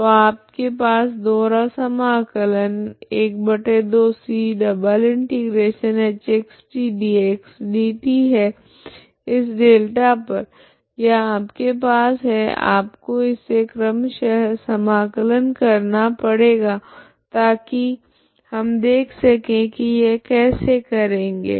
तो आपके पास दोहरा समाकलन 12c∬hxtdxdt है इस डेल्टा पर या आपके पास है आपको इसे क्रमशः समाकलन करना पड़ेगा ताकि हम देख सके की यह कैसे करेगे